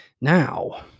now